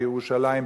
בירושלים,